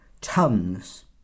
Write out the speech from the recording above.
tons